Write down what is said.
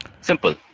Simple